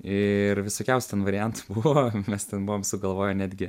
ir visokiausių ten variantų buvo mes ten buvom sugalvoję netgi